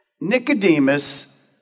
Nicodemus